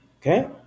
okay